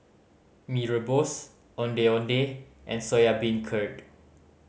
Mee Rebus Ondeh Ondeh and Soya Beancurd